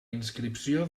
inscripció